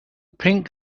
pink